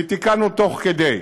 ותיקנו תוך כדי.